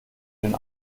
den